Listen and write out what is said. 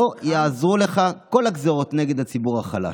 לא יעזרו לך כל הגזרות נגד הציבור החלש.